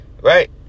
right